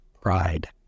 pride